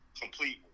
complete